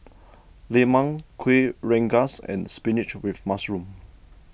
Lemang Kueh Rengas and Spinach with Mushroom